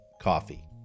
coffee